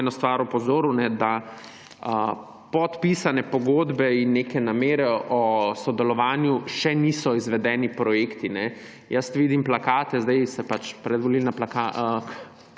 eno stvar opozoril, da podpisane pogodbe in neke namere o sodelovanju še niso izvedeni projekti. Jaz vidim plakate, zdaj se pač predvolilna kampanja